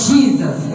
Jesus